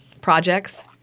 projects